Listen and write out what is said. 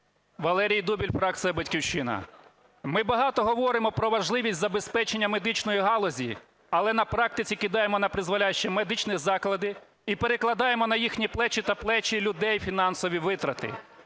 Валерій Дубіль, фракція "Батьківщина". Ми багато говоримо про важливість забезпечення медичної галузі, але на практиці кидаємо напризволяще медичні заклади і перекладаємо на їхні плечі та плечі людей фінансові витрати.